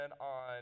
on